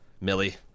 Millie